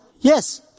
Yes